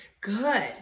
good